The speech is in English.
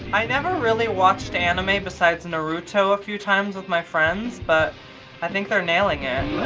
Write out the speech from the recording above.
i never really watched anime besides naruto a few times with my friends, but i think they're nailing it.